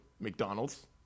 McDonald's